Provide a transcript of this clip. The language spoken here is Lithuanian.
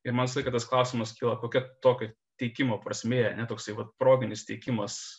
ir ma visą laiką tas klausimas kyla kokia tokio teikimo prasmė ane toksai va proginis teikimas